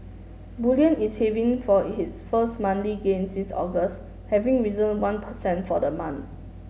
bullion is for its first monthly gain since August having risen one per cent for the month